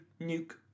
nuke